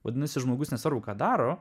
vadinasi žmogus nesvarbu ką daro